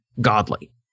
godly